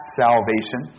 salvation